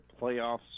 playoffs